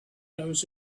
those